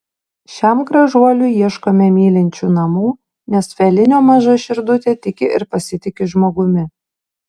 šiam gražuoliui ieškome mylinčių namų nes felinio maža širdutė tiki ir pasitiki žmogumi